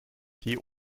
die